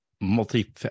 multi